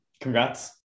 congrats